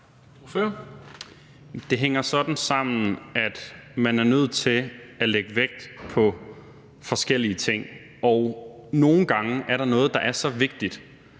Det hænger sådan sammen, at man er nødt til at lægge vægt på forskellige ting, og nogle gange er der noget, der er så vigtigt,